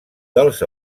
dels